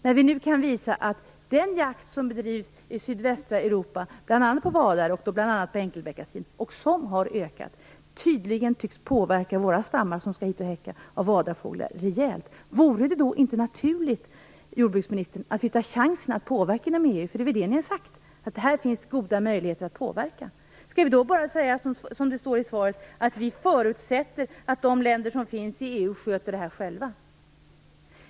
När vi nu kan visa att den jakt på bl.a. vadare och däribland enkelbeckasin som bedrivs i sydvästra Europa - och som har ökat - tydligen rejält tycks påverka de vadarfågelstammar som skall hit och häcka, vore det då inte naturligt, jordbruksministern, att ta chansen att påverka inom EU? Det är väl det ni har sagt - att här finns goda möjligheter att påverka? Skall vi då bara säga, som det står i svaret, att vi förutsätter att de länder som finns i EU sköter det här själva?